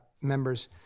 members